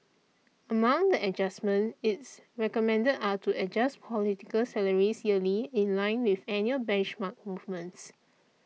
among the adjustments it recommended are to adjust political salaries yearly in line with annual benchmark movements